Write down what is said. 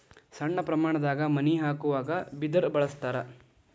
ಸಣ್ಣ ಪ್ರಮಾಣದಾಗ ಮನಿ ಹಾಕುವಾಗ ಬಿದರ ಬಳಸ್ತಾರ